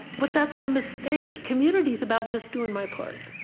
but that's the mistake. community is about just doing my part.